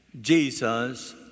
Jesus